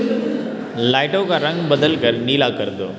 लाइटों का रंग बदल कर नीला कर दो